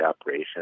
operation